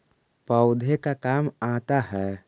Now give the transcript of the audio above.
पौधे का काम आता है?